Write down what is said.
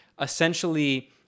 essentially